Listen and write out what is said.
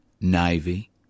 navy